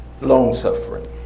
Long-suffering